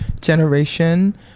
generation